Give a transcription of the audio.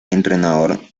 entrenador